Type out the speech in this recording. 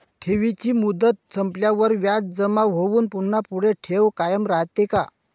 ठेवीची मुदत संपल्यावर व्याज जमा होऊन पुन्हा पुढे ठेव कायम राहते का?